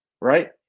right